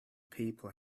people